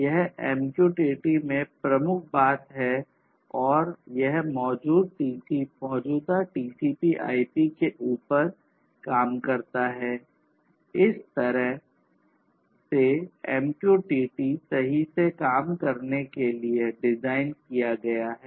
यह MQTT में प्रमुख बात है और यह मौजूदा TCP IP के ऊपर काम करता है इस तरह से MQTT सही से काम करने के लिए डिजाइन किया गया है